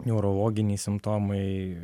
neurologiniai simptomai